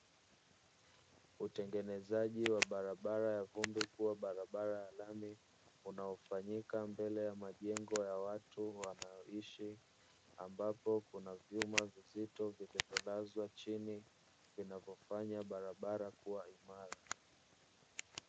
Utengenezaji wa barabara ya vumbi kuwa barabara ya lami, unaofanyika mbele ya majengo ya watu wanaoishi ambapo kuna vyuma vizito vilivyolazwa chini, vinavyofanya barabara kuwa imara.